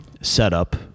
setup